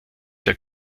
der